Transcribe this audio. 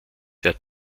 der